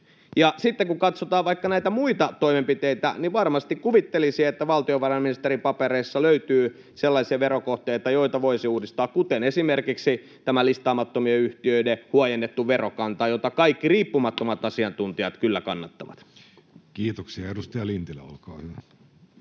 sitten kun katsotaan vaikka näitä muita toimenpiteitä, niin varmasti kuvittelisi, että valtiovarainministerin papereista löytyy sellaisia verokohteita, joita voisi uudistaa, kuten esimerkiksi tämä listaamattomien yhtiöiden huojennettu verokanta, jota kaikki riippumattomat asiantuntijat kyllä kannattavat. Kiitoksia. — Edustaja Lintilä, olkaa hyvä.